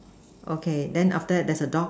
okay then after that there's a dog